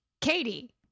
Katie